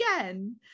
again